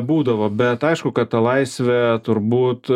būdavo bet aišku kad ta laisvė turbūt